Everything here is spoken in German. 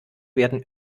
werden